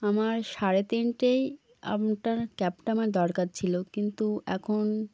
আমার সাড়ে তিনটেয় আপনার ক্যাবটা আমার দরকার ছিল কিন্তু এখন